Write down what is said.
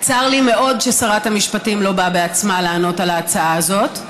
צר לי מאוד ששרת המשפטים לא באה בעצמה לענות על ההצעה הזאת,